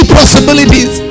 possibilities